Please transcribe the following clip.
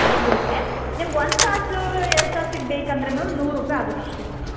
ಐನೂರು ರೂಪಾಯಿ ನಿಮ್ಗೆ ಒಂದು ತಾಸು ಎರಡು ತಾಸಿಗೆ ಬೇಕಂದರೆ ಮ್ಯಾಮ್ ನೂರು ರೂಪಾಯಿ ಆಗುತ್ತೆ ಅಷ್ಟೇ ಮ್ಯಾಡಮ್